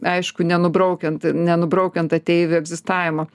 aišku nenubraukiant nenubraukiant ateivių egzistavimo